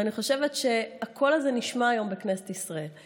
ואני חושבת שהקול הזה נשמע היום בכנסת ישראל.